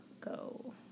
go